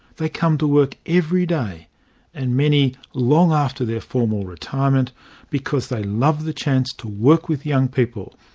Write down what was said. they come to work every day and many long after their formal retirement because they love the chance to work with young people,